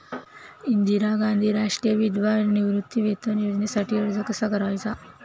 इंदिरा गांधी राष्ट्रीय विधवा निवृत्तीवेतन योजनेसाठी अर्ज कसा करायचा?